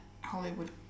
hollywood